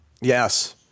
Yes